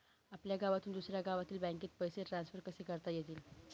आपल्या गावातून दुसऱ्या गावातील बँकेत पैसे ट्रान्सफर कसे करता येतील?